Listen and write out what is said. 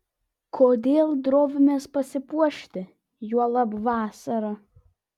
kodėl drovimės pasipuošti juolab vasarą